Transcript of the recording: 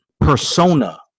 persona